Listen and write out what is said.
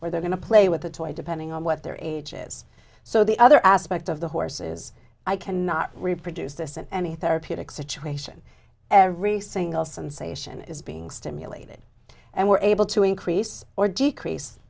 where they're going to play with the toy depending on what their age is so the other aspect of the horse is i cannot reproduce this in any therapeutic situation every single some sation is being stimulated and we're able to increase or decrease